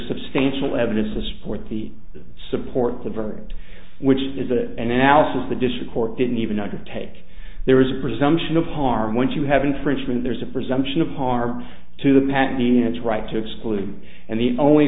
substantial evidence to support the support the verdict which is a and now says the district court didn't even know to take there is a presumption of harm once you have infringement there's a presumption of harm to the patent mean it's right to exclude and the only